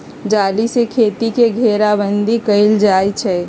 जाली से खेती के घेराबन्दी कएल जाइ छइ